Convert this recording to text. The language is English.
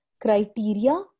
criteria